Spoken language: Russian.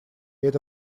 эта